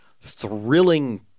thrilling